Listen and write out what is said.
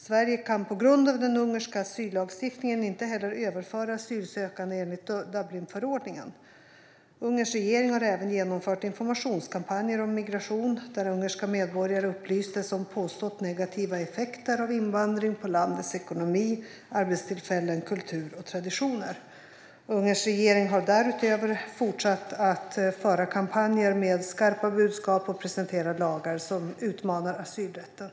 Sverige kan på grund av den ungerska asyllagstiftningen inte heller överföra asylsökande enligt Dublinförordningen. Ungerns regering har även genomfört informationskampanjer om migration, där ungerska medborgare upplysts om påstått negativa effekter av invandring på landets ekonomi, arbetstillfällen, kultur och traditioner. Ungerns regering har därutöver fortsatt att föra kampanjer med skarpa budskap och presentera lagar som utmanar asylrätten.